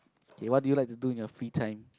okay what do you like to do in your free time